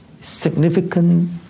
significant